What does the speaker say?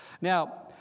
Now